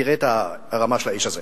תראה את הרמה של האיש הזה.